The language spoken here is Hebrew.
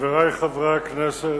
חברי חברי הכנסת,